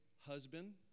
husband